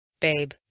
Babe